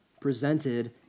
presented